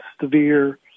severe